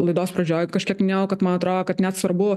laidos pradžioj kažkiek minėjau kad man atrodo kad net svarbu